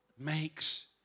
makes